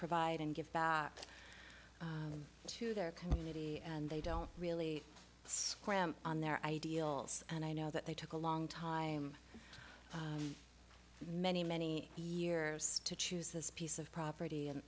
provide and give back to their community and they don't really see on their ideals and i know that they took a long time many many years to choose this piece of property and